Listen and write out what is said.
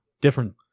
Different